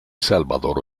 salvador